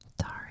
Sorry